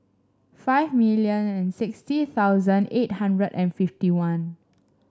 five million and sixty thousand eight hundred and fifty one